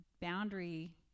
boundary